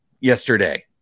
yesterday